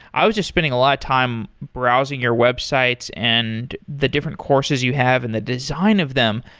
i was a spending a lot of time browsing your websites and the different courses you have and the design of them,